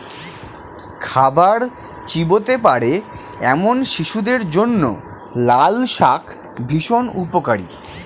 খাবার চিবোতে পারে এমন শিশুদের জন্য লালশাক ভীষণ উপকারী